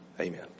Amen